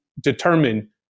determine